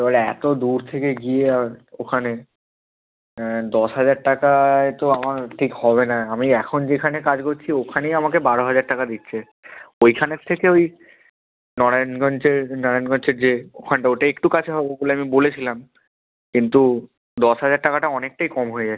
এবারে এতো দূর থেকে গিয়ে ওখানে দশ হাজার টাকায় তো আমার ঠিক হবে না আমি এখন যেখানে কাজ করছি ওখানেই আমাকে বারো হাজার টাকা দিচ্ছে ওইখানের থেকে ওই নরায়ণগঞ্জের নারায়ণগঞ্জের যে ওখানটা ওটা একটু কাছে হবে ওগুলো আমি বলেছিলাম কিন্তু দশ হাজার টাকাটা অনেকটাই কম হয়ে যাচ্ছে